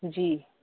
जी